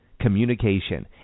communication